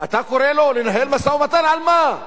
אתה קורא לו לנהל משא-ומתן על מה?